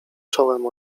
czołem